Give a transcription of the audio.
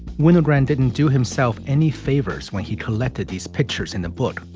winogrand didn't do himself any favors when he collected these pictures in the book,